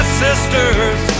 sisters